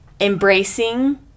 embracing